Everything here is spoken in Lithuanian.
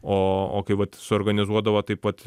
o o kai vat suorganizuodavo taip vat